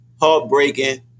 heartbreaking